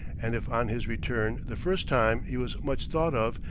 and if on his return the first time he was much thought of,